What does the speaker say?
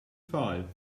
five